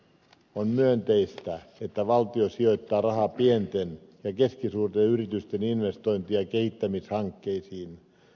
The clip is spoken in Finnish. on myönteistä että valtio sijoittaa rahaa pienten ja keskisuurten yritysten investointi ja kehittämishankkeisiin